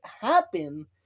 happen